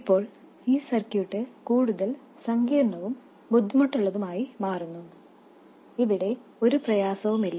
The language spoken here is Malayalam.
ഇപ്പോൾ ഈ സർക്യൂട്ട് കൂടുതൽ സങ്കീർണ്ണവും ബുദ്ധിമുട്ടുള്ളതുമായി മാറുന്നു ഇവിടെ ഒരു പ്രയാസവുമില്ല